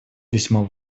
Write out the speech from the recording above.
весьма